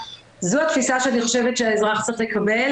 זו התפיסה שאני חושבת שהאזרח צריך לקבל,